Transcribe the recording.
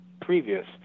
previous